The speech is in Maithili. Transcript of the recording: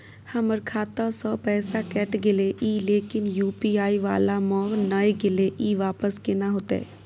हमर खाता स पैसा कैट गेले इ लेकिन यु.पी.आई वाला म नय गेले इ वापस केना होतै?